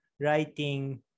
writing